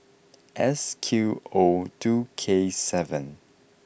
S Q O two K seven